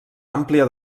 àmplia